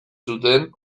zuten